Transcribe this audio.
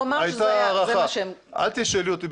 הוא אמר שזה מה שהם --- אל תשאלי אותי,